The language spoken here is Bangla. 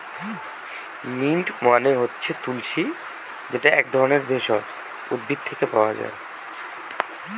মিন্ট মানে হচ্ছে তুলশী যেটা এক ধরনের ভেষজ উদ্ভিদ থেকে পায়